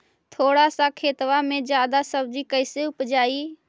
थोड़ा सा खेतबा में जादा सब्ज़ी कैसे उपजाई?